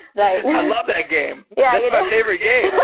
right. i love that game. yeah that's my favorite game.